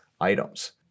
items